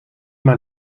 man